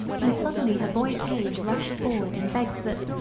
when suddenly her boy-page rushed forward and begged that,